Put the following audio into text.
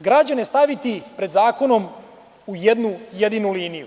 građane staviti pred zakonom u jednu jedini liniju?